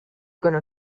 gonna